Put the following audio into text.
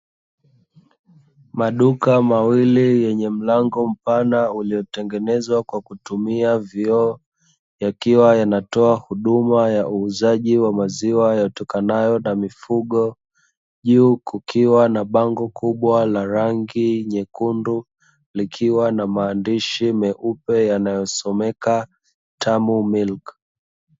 Maduka mawili yenye mlango mpana uliotengenezwa kwa kutumia vioo, yakiwa yanatoa huduma ya uuzaji wa maziwa yatokanayo na mifugo, juu kukiwa na bango kubwa na rangi nyekundu, likiwa na maandishi meupe yanayosomeka "Tamu Milk".